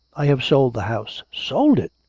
i have sold the house. sold it!